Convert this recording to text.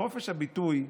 שחופש הביטוי,